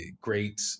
great